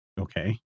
Okay